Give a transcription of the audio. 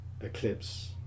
eclipse